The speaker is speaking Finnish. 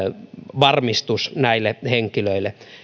varmistus näille henkilöille